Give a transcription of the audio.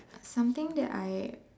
something that I